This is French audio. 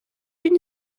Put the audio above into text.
une